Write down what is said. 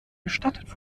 gestattet